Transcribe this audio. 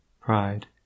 pride